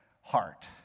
heart